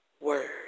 word